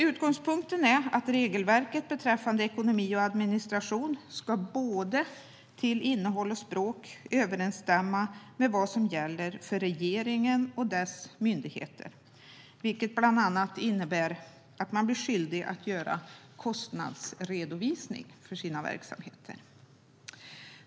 Utgångspunkten är att regelverket i fråga om ekonomi och administration beträffande både innehåll och språk ska överensstämma med vad som gäller för regeringen och dess myndigheter. Det innebär bland annat att man blir skyldig att göra en kostnadsredovisning för verksamheten.